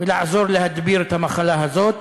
ולעזור להדביר את המחלה הזאת,